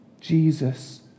Jesus